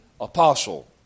apostle